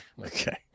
Okay